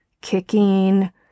kicking